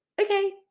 Okay